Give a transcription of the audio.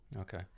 Okay